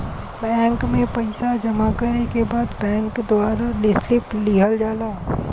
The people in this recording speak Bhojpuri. बैंक में पइसा जमा करे के बाद बैंक द्वारा स्लिप दिहल जाला